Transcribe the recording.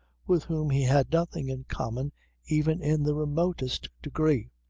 with whom he had nothing in common even in the remotest degree.